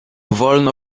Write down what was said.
wolno